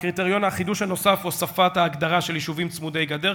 החידוש הנוסף הוא הוספת ההגדרה של יישובים צמודי גדר,